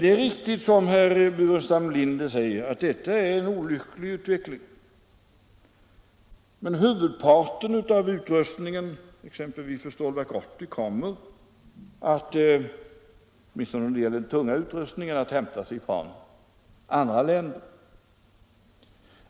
Det är riktigt som herr Burenstam Linder säger att detta är en olycklig utveckling, men huvudparten av utrustningen exempelvis för Stålverk 80, åtminstone då det gäller den tunga utrustningen, kommer att hämtas från andra länder.